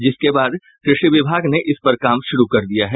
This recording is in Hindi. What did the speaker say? जिसके बाद कृषि विभाग ने इस पर काम शुरू कर दिया है